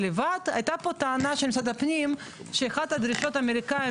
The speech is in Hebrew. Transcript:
היתה פה טענה של משרד הפנים שאחת דרישות האמריקאיים